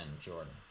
Jordan